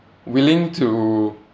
willing to